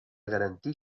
garantir